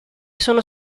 sono